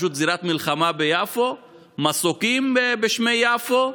פשוט זירת מלחמה ביפו: מסוקים בשמי יפו,